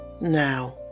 Now